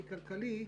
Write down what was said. על סדר-היום: